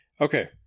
Okay